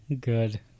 good